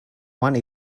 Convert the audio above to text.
one